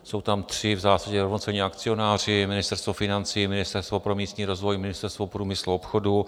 Jsou tam tři v zásadě rovnocenní akcionáři Ministerstvo financí, Ministerstvo pro místní rozvoj, Ministerstvo průmyslu a obchodu.